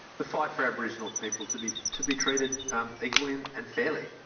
the fight for aboriginal people to be to be treated equally and fairly.